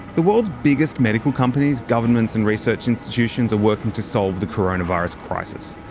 the world's biggest medical companies, governments and research institutions are working to solve the coronavirus crisis.